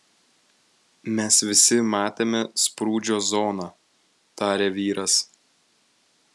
mes visi matėme sprūdžio zoną tarė vyras